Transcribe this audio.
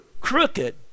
crooked